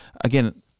again